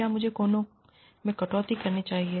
क्या मुझे कोनों में कटौती करनी चाहिए